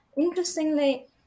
Interestingly